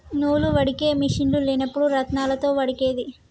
నూలు వడికే మిషిన్లు లేనప్పుడు రాత్నాలతో వడికేది